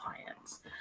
clients